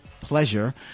pleasure